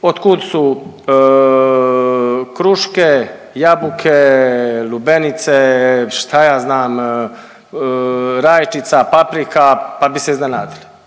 kud su kruške, jabuke, lubenice šta ja znam rajčica, paprika, pa bi se iznenadili.